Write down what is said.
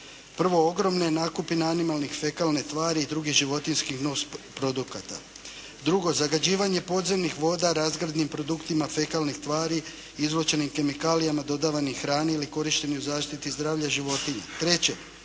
Prvo, ogromne nakupine animalnih fekalne tvari i druge životinjskih nusprodukata. Drugo, zagađivanje podzemnih voda razgradnim produktima fekalnih tvari, izlučenim kemikalijama dodavanih hrani ili korištenju zaštiti zdravlja životinja.